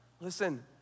listen